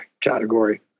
category